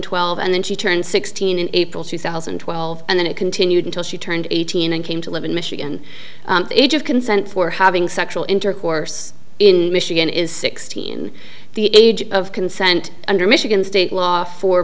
twelve and then she turned sixteen in april two thousand and twelve and then it continued until she turned eighteen and came to live in michigan age of consent for having sexual intercourse in michigan is sixteen the age of consent under michigan state law for